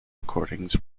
records